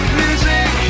music